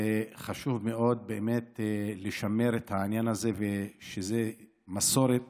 וחשוב מאוד לשמר את העניין הזה שיהיה מסורת